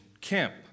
camp